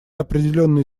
определенный